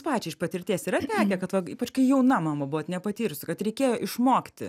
pačiai iš patirties yra tekę kad va ypač kai jauna mama buvot nepatyrusi kad reikėjo išmokti